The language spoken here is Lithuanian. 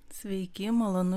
sveiki malonu